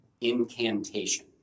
incantation